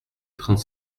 trente